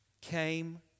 came